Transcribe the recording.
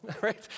right